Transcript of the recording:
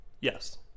yes